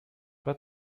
pas